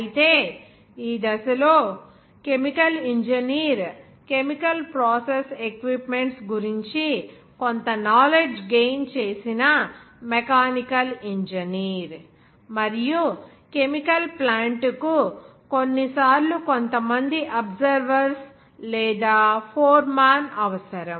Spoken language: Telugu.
అయితే ఈ దశలో chemical engineer chemical process equipments గురించి కొంత నాలెడ్జి గెయిన్ చేసిన మెకానికల్ ఇంజనీర్ మరియు కెమికల్ ప్లాంట్ కు కొన్నిసార్లు కొంతమంది అబ్సర్వర్స్ లేదా ఫోర్మాన్ అవసరం